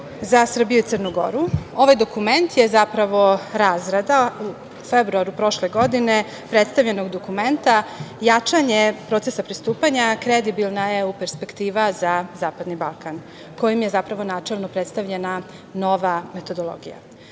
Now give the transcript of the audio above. za Srbiju i Crnu Goru. Ovaj dokument je zapravo razrada u februaru prošle godine predstavljenog dokumenta „Jačanje procesa pristupanja, kredibilna EU perspektiva za zapadni Balkan“, kojim je zapravo načelno predstavljena nova metodologija. Komesar